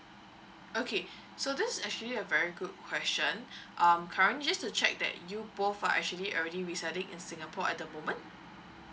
okay so this is actually a very good question um currently just to check that you both are actually already residing in singapore at the moment